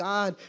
God